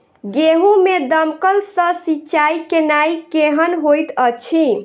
गेंहूँ मे दमकल सँ सिंचाई केनाइ केहन होइत अछि?